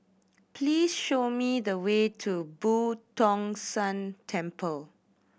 please show me the way to Boo Tong San Temple